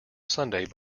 sunday